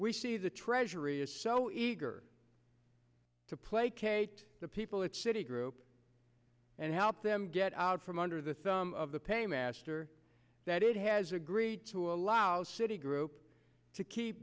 we see the treasury is so eager to placate the people at citi group and help them get out from under the thumb of the paymaster that it has agreed to allow citi group to keep